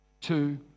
two